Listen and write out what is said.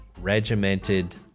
regimented